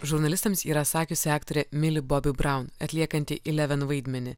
žurnalistams yra sakiusi aktorė mili bobi braun atliekanti ileven vaidmenį